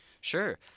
Sure